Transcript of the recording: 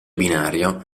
binario